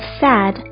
sad